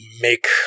make